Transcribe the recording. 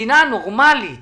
מדינה נורמלית